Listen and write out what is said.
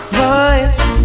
voice